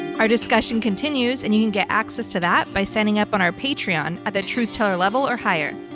our discussion continues and you can get access to that by signing up on our patreon at the truth teller level or higher.